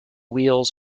wheels